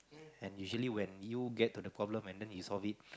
and usually when you get to the problem and then he solve it